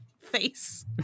face